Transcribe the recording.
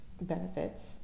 benefits